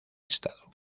estado